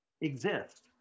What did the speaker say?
exist